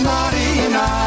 Marina